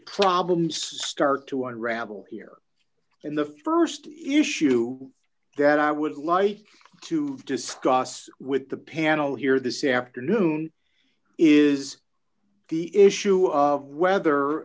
i'm start to unravel here in the st issue that i would like to discuss with the panel here this afternoon is the issue of whether